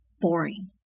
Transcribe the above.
boring